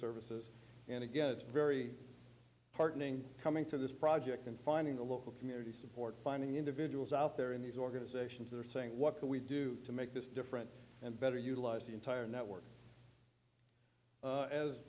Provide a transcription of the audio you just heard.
services and again it's very heartening coming to this project and finding a local community support finding individuals out there in these organizations that are saying what can we do to make this different and better utilize the entire network